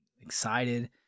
excited